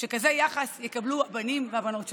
שכזה יחס יקבלו הבנים והבנות שלכם?